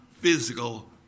physical